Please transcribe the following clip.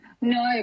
No